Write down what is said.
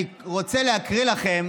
אני רוצה להקריא לכם